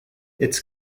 its